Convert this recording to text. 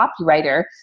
copywriter